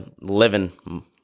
living